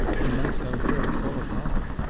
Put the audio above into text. he might tell her all about it.